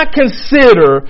consider